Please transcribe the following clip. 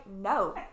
No